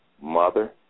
mother